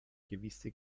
gewisse